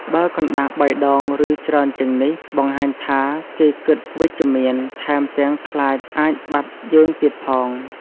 បើកណ្តាស់បីដងឬច្រើនជាងនេះ បង្ហាញថា គេគិតវិជ្ជមាន ថែមទាំងខ្លាចអាចបាត់យើងទៀតផង!